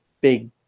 big